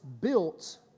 built